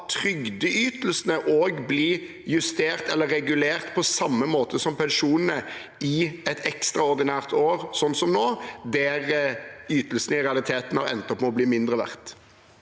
trygdeytelsene bli justert eller regulert på samme måte som pensjonene i et ekstraordinært år, som det vi har nå, der ytelsene i realiteten har endt opp med å bli mindre verdt?